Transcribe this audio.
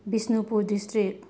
Bishnupur district